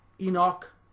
Enoch